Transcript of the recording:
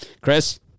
Chris